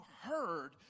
heard